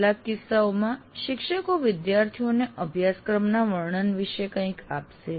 કેટલાક કિસ્સાઓમાં શિક્ષકો વિદ્યાર્થીઓને અભ્યાસક્રમના વર્ણન વિશે કંઈક આપશે